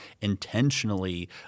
intentionally